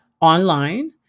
online